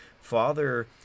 Father